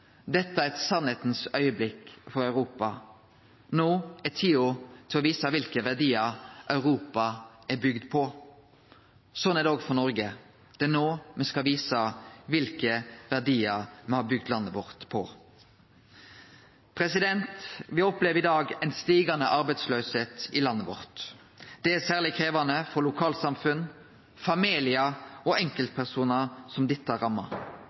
Dette er «sannhetens øyeblikk» for Europa. No er det tida for å vise kva for verdiar Europa er bygd på. Sånn er det òg for Noreg. Det er no me skal vise kva for verdiar me har bygd landet vårt på. Me opplever i dag ei stigande arbeidsløyse i landet vårt. Det er særleg krevjande for dei lokalsamfunna, familiane og enkeltpersonane som dette rammar.